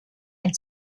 ein